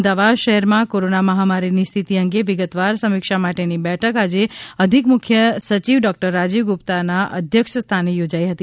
અમદાવાદ શહેરમાં કોરોના મહામારીની સ્થિતિ અંગે વિગતવાર સમીક્ષા માટેની બેઠક આજે અધિક મુખ્ય સયિવ ડોકટર રાજીવ ગુપ્તા અધ્યક્ષ સ્થાને યોજાઇ હતી